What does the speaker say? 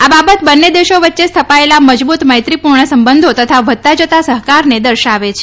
આ બાબત બંને દેશો વચ્ચે સ્થપાયેલા મજબૂત મૈત્રીપૂર્ણ સંબંધો તથા વધતા જતાં સહકારને દર્શાવે છે